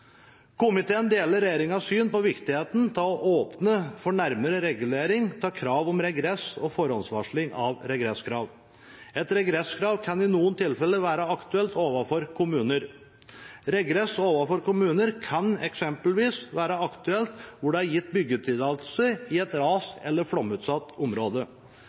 Komiteen deler regjeringens syn på viktigheten av å åpne for nærmere regulering av krav om regress og forhåndsvarsling av regresskrav. Et regresskrav kan i noen tilfeller være aktuelt overfor kommuner. Regress overfor kommuner kan eksempelvis være aktuelt hvor det er gitt byggetillatelse i et ras- eller flomutsatt område.